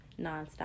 nonstop